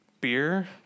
beer